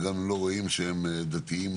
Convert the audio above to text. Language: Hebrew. וגם אם לא רואים שהם דתיים,